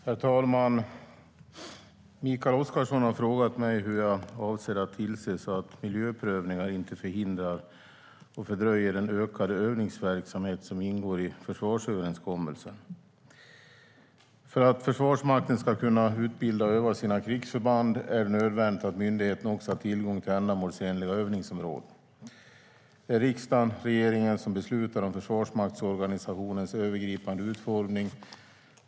Herr talman! Mikael Oscarsson har frågat mig hur jag avser att tillse att miljöprövningar inte förhindrar och fördröjer den ökade övningsverksamhet som ingår i försvarsöverenskommelsen. För att Försvarsmakten ska kunna utbilda och öva sina krigsförband är det nödvändigt att myndigheten också har tillgång till ändamålsenliga övningsområden. Det är riksdagen och regeringen som beslutar om försvarsmaktsorganisationens övergripande utformning.